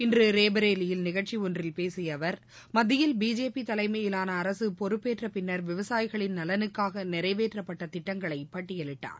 இன்று ரேபரேலியில் நிகழ்ச்சி ஒன்றில் பேசிய அவர் மத்தியில் பிஜேபி தலைமையிலான அரசு பொறுப்பேற்ற பின்னர் விவசாயிகளின் நலனுக்காக நிறைவேற்றப்பட்ட திட்டங்களை பட்டியலிட்டார்